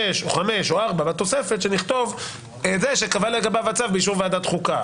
5 6 או 7 בתוספת ונכתוב: "שקבע לגביו הצו באישור ועדת חוקה"